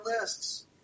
lists